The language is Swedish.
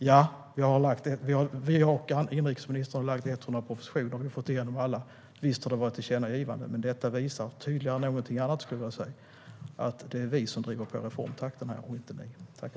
Jag och inrikesministern har lagt fram mer än 100 propositioner och har fått igenom alla i riksdagen. Visst har det gjorts tillkännagivanden. Men att vi har lagt fram så många propositioner som vi har fått igenom i riksdagen visar tydligare än någonting annat att det är vi som driver på reformtakten i fråga om detta och inte ni.